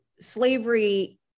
slavery